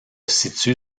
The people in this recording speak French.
situe